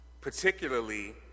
particularly